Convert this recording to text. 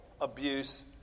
abuse